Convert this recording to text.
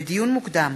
לדיון מוקדם: